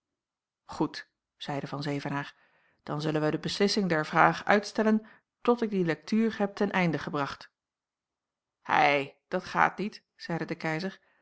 goed zeide van zevenaer dan zullen wij de beslissing der vraag uitstellen tot ik die lektuur heb ten einde gebracht hei dat gaat niet zeide de keizer